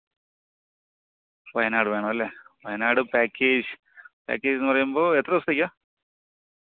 വയനാട് വേണമല്ലേ വയനാട് പാക്കേജ് പാക്കേജെന്നു പറയുമ്പോൾ എത്ര ദിവസത്തേക്കാണ്